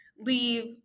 leave